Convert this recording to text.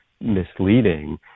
misleading